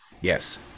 yes